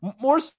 more